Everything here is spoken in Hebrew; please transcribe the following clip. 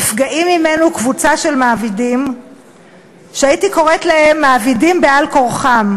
נפגעת ממנו קבוצה של מעבידים שהייתי קוראת להם מעבידים בעל-כורחם,